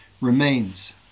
remains